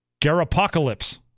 Garapocalypse